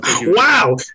Wow